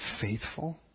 Faithful